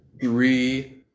three